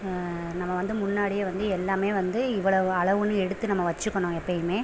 நம்ம வந்து முன்னாடியே வந்து எல்லாமே வந்து இவ்வளவு அளவுன்னு எடுத்து நம்ம வச்சுக்கணும் எப்போயுமே